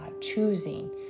choosing